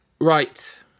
Right